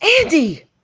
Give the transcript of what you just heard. Andy